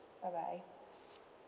bye bye